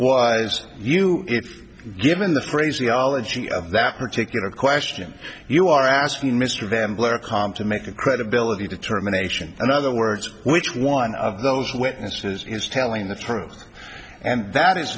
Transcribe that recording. was you if given the phraseology of that particular question you are asking mr vandeleur com to make a credibility determination and other words which one of those witnesses is telling the truth and that is